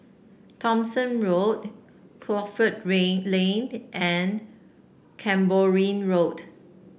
Thomson Road Crawford Lane Lane and Cranborne Road